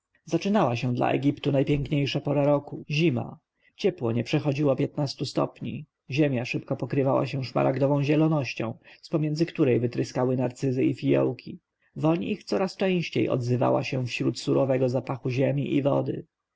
zaczynała się dla egiptu najpiękniejsza pora roku zima ciepło nie przechodziła piętnastu stopni ziemia szybko pokrywała się szmaragdową zielonością z pomiędzy której wytryskały narcyzy i fiołki woń ich coraz częściej odzywała się wśród surowego zapachu ziemi i wody